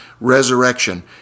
resurrection